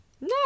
no